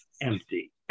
empty